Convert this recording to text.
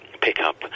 pickup